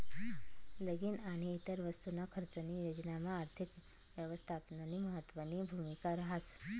लगीन आणि इतर वस्तूसना खर्चनी योजनामा आर्थिक यवस्थापननी महत्वनी भूमिका रहास